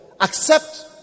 Accept